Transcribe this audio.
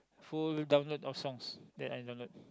full download of songs that I download